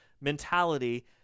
mentality